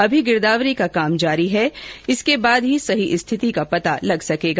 अभी गिरदावरी का काम जारी है जिसके बाद ही सही स्थिति का पता लग सकेगा